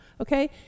Okay